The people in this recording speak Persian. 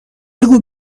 بگو